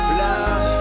love